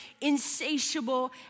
insatiable